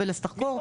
"פלס" תחקור.